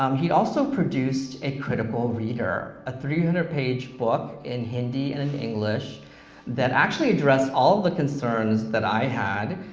um he also produced a critical reader, a three hundred page book in hindi and and english that actually addressed all of the concerns that i had.